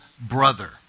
brother